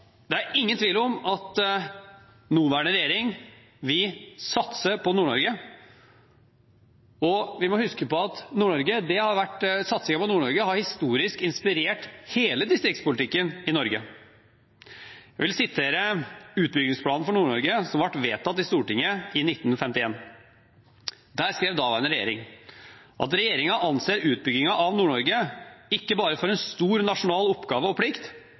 det er ingen tvil om at nåværende regjering satser på Nord-Norge. Vi må også huske på at satsingen på Nord-Norge historisk har inspirert hele distriktspolitikken i Norge. Jeg vil sitere utbyggingsplanen for Nord-Norge, som ble vedtatt i Stortinget i 1951. Der skrev daværende regjering: «Regjeringen anser utbyggingen av Nord-Norge ikke bare for en stor nasjonal oppgave og plikt,